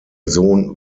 sohn